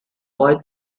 boy